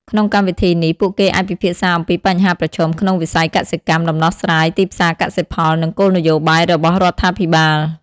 ក្នុងកម្មវិធីនេះ ពួកគេអាចពិភាក្សាអំពីបញ្ហាប្រឈមក្នុងវិស័យកសិកម្ម ដំណោះស្រាយ ទីផ្សារកសិផល និងគោលនយោបាយរបស់រដ្ឋាភិបាល។